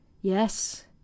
Yes